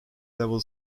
level